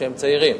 כשהם צעירים,